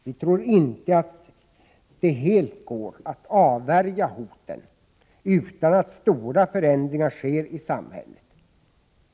Vi tror inte att det helt går att avvärja hoten utan att stora förändringar sker i samhället.